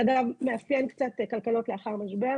זה אגב, מאפיין כלכלות לאחר משבר.